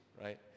right